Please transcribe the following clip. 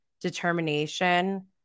determination